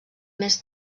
més